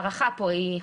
על פי ההארכה כאן,